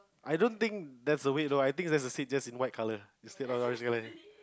I don't think that's a weight though I think that's a seat just in white colour